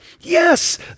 Yes